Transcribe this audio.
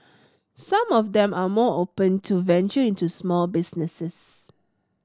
some of them are more open to venture into small businesses